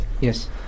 Yes